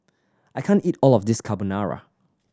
I can't eat all of this Carbonara